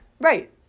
Right